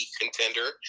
contender